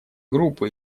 группы